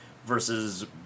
versus